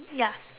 ya